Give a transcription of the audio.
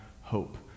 hope